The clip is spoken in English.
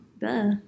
Duh